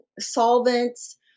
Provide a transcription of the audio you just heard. solvents